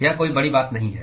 यह कोई बड़ी बात नहीं है